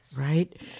right